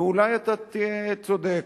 ואולי אתה תהיה צודק.